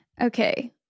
Okay